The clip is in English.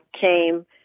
came